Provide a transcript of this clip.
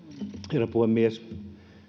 herra puhemies